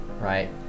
right